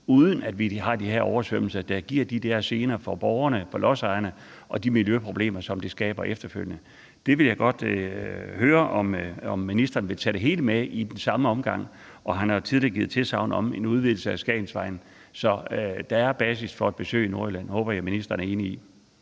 uden at vi har de her oversvømmelser, der giver de der gener for borgerne, for lodsejerne, og som giver de miljøproblemer, det skaber efterfølgende. Jeg vil godt høre, om ministeren vil tage det hele med i den samme omgang. Han har jo tidligere givet tilsagn om en udvidelse af Skagensvejen. Så der er basis for et besøg i Nordjylland. Det håber jeg ministeren er enig i.